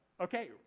Okay